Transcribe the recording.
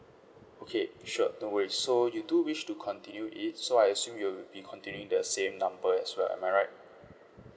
okay sure no worries so you do wish to continue it so I assume you'll be continuing the same number as well am I right